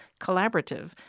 collaborative